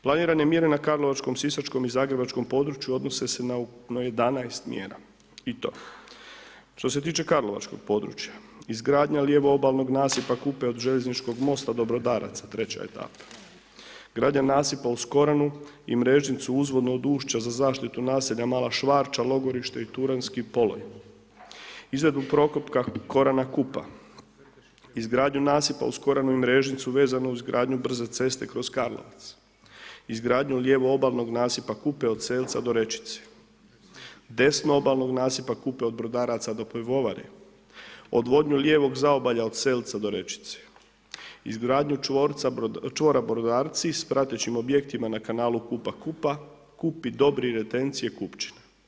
Planirane mjera na karlovačkom, sisačkom i zagrebačkog području odnose se na ukupno 11 mjera i to što se tiče karlovačkog područja izgradnja lijevo obalnog nasipa Kupe od željezničkog mosta do Brodaraca treća etapa, gradnja nasipa uz Koranu i Mrežnicu uzvodno od ušća za zaštitu naselja Mala Švarća, Logorište i Turanjski poloj, izradu prokopka Korana – Kupa, izgradnja nasipa uz Koranu i Mrežnicu vezano uz gradnju brze ceste kroz Karlovac, izgradnju lijevo obalnog nasipa Kupe od Selca do Rečice, desno obalnog nasipa Kupe od Brodaraca do pivovare, odvodnju lijevog zaobalja od Selca do Rečice, izgradnju čvorca, čvora Brodaraci s pratećim objektima na kanalu Kupa Kupa, Kupi, Dobri retencije Kupčine.